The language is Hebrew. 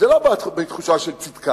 זה לא בא מתחושה של צדק.